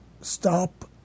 stop